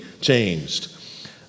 changed